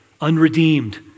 unredeemed